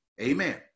amen